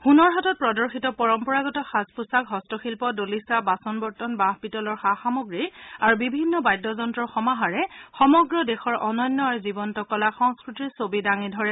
হুনৰ হাটত প্ৰদৰ্শিত পৰম্পৰাগত সাজ পোছাক হস্তশিল্প দলিচা বাচন বৰ্তন বাঁহ পিতলৰ সা সামগ্ৰী আৰু বিভিন্ন বাদ্য যন্ত্ৰৰ সমাহাৰে সমগ্ৰ দেশৰ অনন্য আৰু জীৱন্ত কলা সংস্কৃতিৰ ছবি দাঙি ধৰে